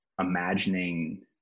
imagining